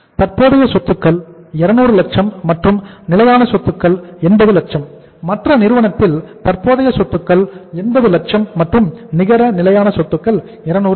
தற்போதைய சொத்துக்கள் 200 லட்சம் மற்றும் நிலையான சொத்துக்கள் 80 லட்சம் மற்ற நிறுவனத்தில் தற்போதைய சொத்துக்கள் 80 லட்சம் மற்றும் நிகர நிலையான சொத்துக்கள் 200 லட்சம்